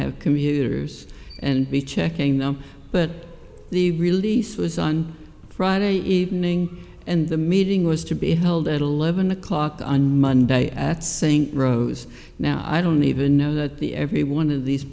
have computers and be checking them but the release was on friday evening and the meeting was to be held at eleven o'clock on monday at saying rose now i don't even know that the every one of these